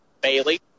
Bailey